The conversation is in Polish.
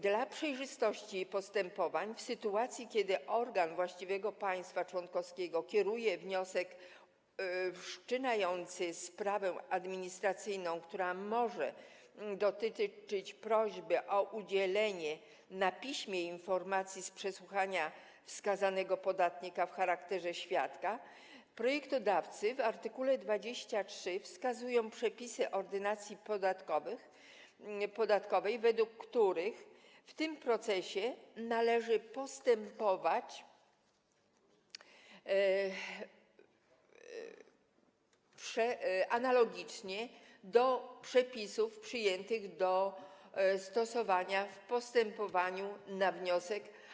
Dla przejrzystości postępowań, kiedy organ właściwego państwa członkowskiego skieruje wniosek wszczynający sprawę administracyjną, która może dotyczyć prośby o udzielenie na piśmie informacji z przesłuchania wskazanego podatnika w charakterze świadka, projektodawcy w art. 23 wskazują przepisy Ordynacji podatkowej, według których w tym procesie należy stosować przepisy analogiczne do przepisów przyjętych w przypadku postępowania na wniosek.